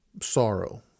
sorrow